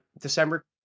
December